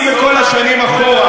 אם בכל השנים אחורה,